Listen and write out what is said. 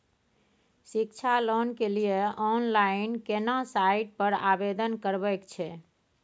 शिक्षा लोन के लिए ऑनलाइन केना साइट पर आवेदन करबैक छै?